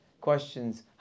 questions